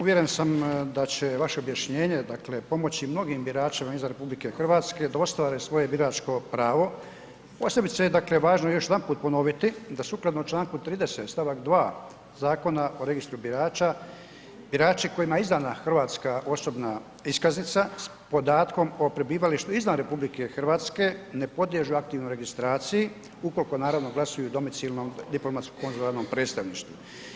Uvjeren sam da će vaše objašnjenje pomoći mnogim biračima izvan RH, da ostvare svoje biračko pravo, posebice dakle, je važno još jedanput ponoviti, da sukladno čl. 30. stavak 2. Zakona o registru birača, biračima kojima je izdana hrvatska osobna iskaznica, s podatkom o prebivalištu izvan RH, ne poliježu aktivno registraciji, ukoliko naravno glasuju domicilnom diplomatskom konzularnom predstavništvu.